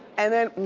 and then,